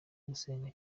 gusenga